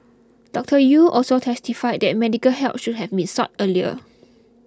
Doctor Yew also testified that medical help should have been sought earlier